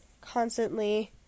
constantly